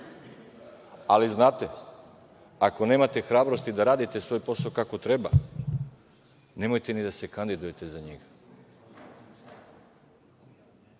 Ali, znate, ako nemate hrabrosti da radite svoj posao kako treba, nemojte ni da se kandidujete za njega.